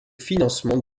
financement